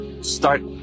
start